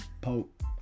Pope